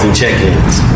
check-ins